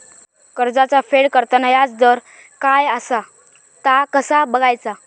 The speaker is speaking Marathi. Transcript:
कर्जाचा फेड करताना याजदर काय असा ता कसा बगायचा?